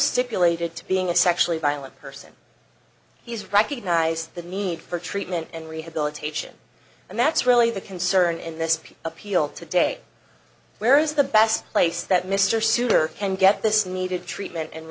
stipulated to being a sexually violent person he has recognized the need for treatment and rehabilitation and that's really the concern in this appeal today where is the best place that mr souter can get this needed treatment and